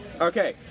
Okay